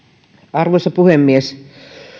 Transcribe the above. arvoisa puhemies